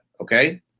okay